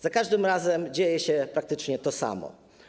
Za każdym razem dzieje się praktycznie to samo.